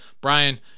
Brian